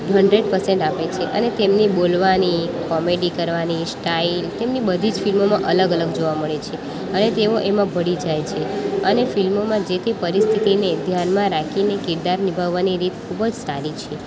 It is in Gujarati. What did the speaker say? હન્ડ્રેડ પસેન્ટ આપે છે અને તેમની બોલવાની કોમેડી કરવાની સ્ટાઈલ તેમની બધી જ ફિલ્મોમાં અલગ અલગ જોવા મળે છે અને તેઓ એમાં ભળી જાય છે અને ફિલ્મોમાં જે તે પરિસ્થિતિને ધ્યાનમાં રાખીને કિરદાર નિભાવવાની રીત ખૂબ જ સારી છે